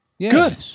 Good